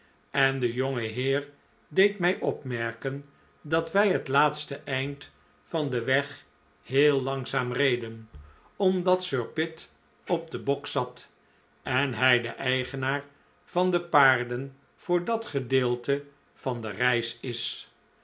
en de jonge heer deed mij opmerken dat wij het laatste eind van den weg heel langzaam reden omdat sir pitt op den bok zat en hij de eigenaar van de paarden voor dat gedeelte van de reis is